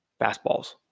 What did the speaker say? fastballs